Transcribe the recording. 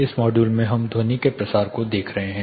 इस मॉड्यूल में हम ध्वनि के प्रसार को देख रहे हैं